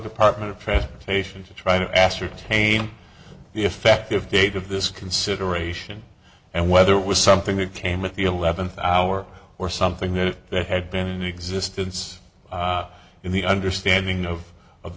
department of transportation to try to ascertain the effective date of this consideration and whether it was something that came with the eleventh hour or something that if they had been in existence in the understanding of of